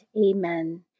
Amen